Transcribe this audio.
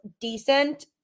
decent